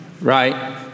right